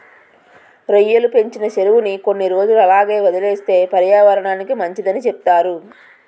రొయ్యలు పెంచిన సెరువుని కొన్ని రోజులు అలాగే వదిలేస్తే పర్యావరనానికి మంచిదని సెప్తారు